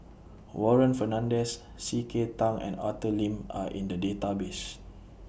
Warren Fernandez C K Tang and Arthur Lim Are in The Database